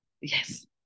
Yes